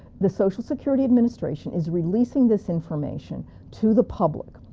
the social security administration is releasing this information to the public.